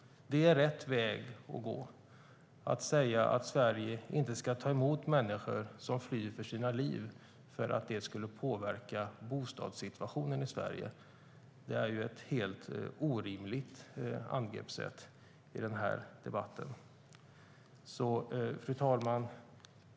Det är rätt väg att gå. Att säga att Sverige inte ska ta emot människor som flyr för sina liv för att det skulle påverka bostadssituationen i Sverige är ett helt orimligt angreppssätt i denna debatt. Fru talman!